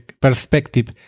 perspective